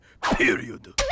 Period